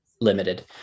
Limited